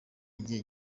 igihe